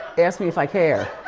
ask me if i care.